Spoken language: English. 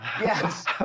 Yes